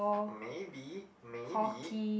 maybe maybe